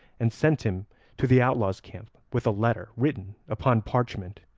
and sent him to the outlaws' camp with a letter written upon parchment,